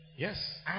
Yes